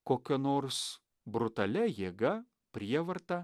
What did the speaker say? kokia nors brutalia jėga prievarta